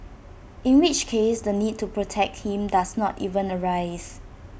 in which case the need to protect him does not even arise